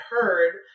heard